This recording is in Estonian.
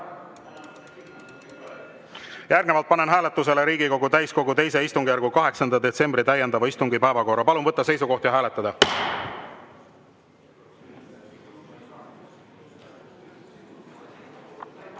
Järgnevalt panen hääletusele Riigikogu täiskogu II istungjärgu 8. detsembri täiendava istungi päevakorra. Palun võtta seisukoht ja hääletada!